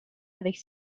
avec